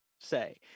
say